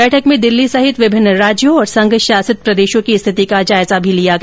बैठक में दिल्ली सहित विभिन्न राज्यों और संघ शासित प्रदेशों की स्थिति का जायजा भी लिया गया